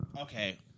okay